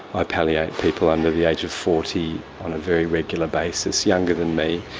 i palliate people under the age of forty on a very regular basis, younger than me.